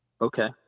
Okay